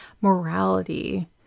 morality